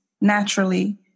naturally